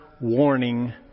warning